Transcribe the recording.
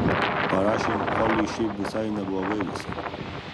parašėm kolį šiaip visai neblogai visi